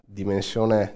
dimensione